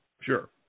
Sure